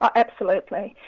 ah absolutely.